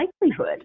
likelihood